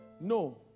No